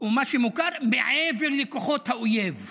ומה שמוכר, מעבר לכוחות האויב.